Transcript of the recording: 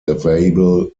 available